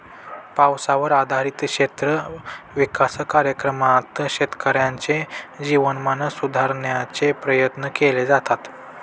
पावसावर आधारित क्षेत्र विकास कार्यक्रमात शेतकऱ्यांचे जीवनमान सुधारण्याचे प्रयत्न केले जातात